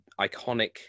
iconic